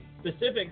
specific